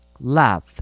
Love